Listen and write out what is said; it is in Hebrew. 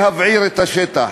להבעיר את השטח.